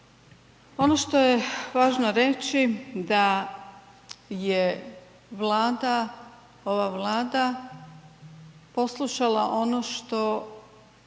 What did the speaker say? ono što je važno reći da je ova Vlada poslušala ono što